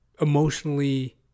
emotionally